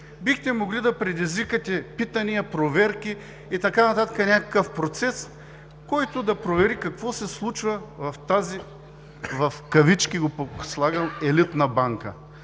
бихте могли да предизвикате питания, проверки и така нататък – някакъв процес, който да провери какво се случва в тази „елитна“ банка.